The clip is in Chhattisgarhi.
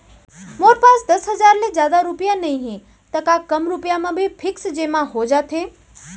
मोर पास दस हजार ले जादा रुपिया नइहे त का कम रुपिया म भी फिक्स जेमा हो जाथे?